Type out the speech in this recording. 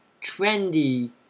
trendy